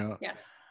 yes